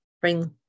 bring